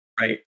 Right